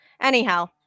Anyhow